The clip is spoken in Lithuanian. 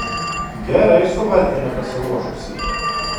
gerai suvartė nepasiruošusį